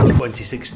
2016